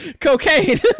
cocaine